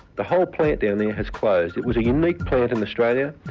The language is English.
the whole plant down there has closed. it was a unique plant in australia.